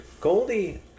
Goldie